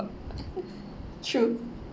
true